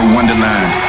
Wonderland